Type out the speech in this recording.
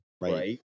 right